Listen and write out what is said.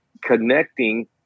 connecting